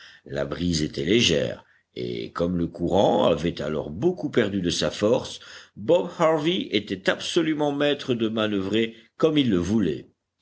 la brise était légère et comme le courant avait alors beaucoup perdu de sa force bob harvey était absolument maître de manoeuvrer comme il le voulait